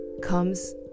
comes